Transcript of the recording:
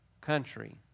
country